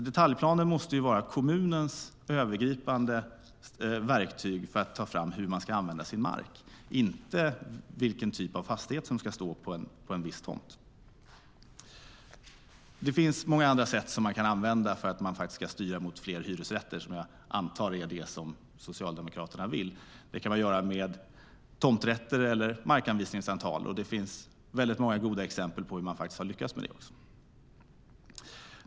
Detaljplaner måste vara kommunens övergripande verktyg för att ta fram hur man ska använda sin mark - inte vilken typ av fastighet som ska stå på en viss tomt. Det finns många andra sätt som man kan använda för att styra mot fler hyresrätter, som jag antar är det Socialdemokraterna vill. Det kan man göra med tomträtter eller markanvisningsavtal. Det finns många goda exempel på hur man har lyckats med det.